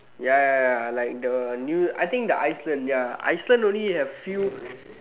ya ya ya like the I think the Iceland Iceland only have few